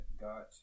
got